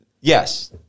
Yes